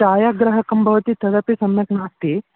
छायाग्राहकं भवति तदपि सम्यक् नास्ति